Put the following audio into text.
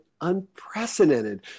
unprecedented